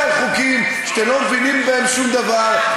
על חוקים שאתם לא מבינים בהם שום דבר,